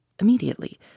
Immediately